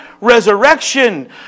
resurrection